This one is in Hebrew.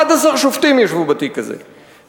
11 שופטים ישבו בתיק הזה,